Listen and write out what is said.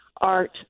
art